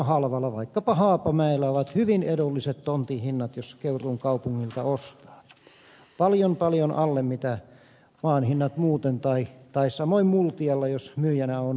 vaikkapa haapamäellä on hyvin edulliset tontin hinnat jos keuruun kaupungilta ostaa paljon paljon alle sen mitä ovat maan hinnat muuten samoin multialla jos myyjänä on kunta